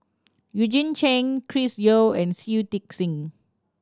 Eugene Chen Chris Yeo and Shui Tit Sing